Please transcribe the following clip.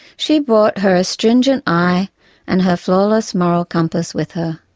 she brought her astringent eye and her flawless moral compass with her.